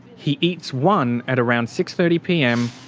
he eats one at around six. thirty pm,